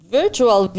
virtual